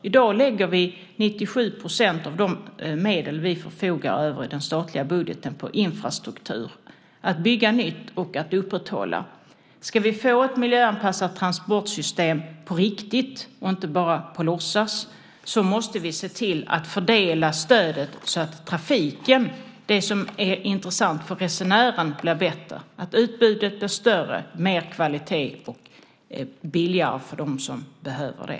I dag lägger vi 97 % av de medel vi förfogar över i den statliga budgeten på infrastruktur - att bygga nytt och att upprätthålla. Ska vi få ett miljöanpassat transportsystem på riktigt och inte bara på låtsas måste vi se till att fördela stödet så att trafiken, det som är intressant för resenären, blir bättre - att utbudet blir större, att kvaliteten blir högre och att det blir billigare för dem som behöver det.